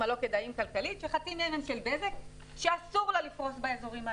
הלא כדאיים כלכלית וחצי מהם של בזק שאסור לה לפרוס באזורים האלה.